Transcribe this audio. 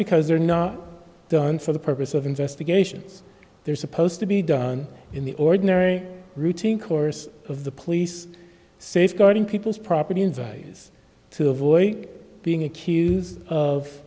because they're not done for the purpose of investigations they're supposed to be done in the ordinary routine course of the police safeguarding people's property in various to avoid being accused of